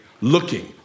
looking